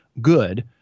good